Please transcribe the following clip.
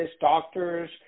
doctors